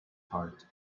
heart